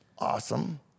Awesome